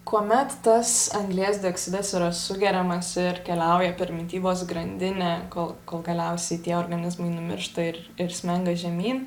kuomet tas anglies dioksidas yra sugeriamas ir keliauja per mitybos grandinę kol kol galiausiai tie organizmai numiršta ir ir smenga žemyn